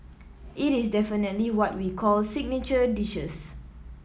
it is definitely what we call signature dishes